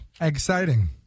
exciting